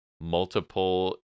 multiple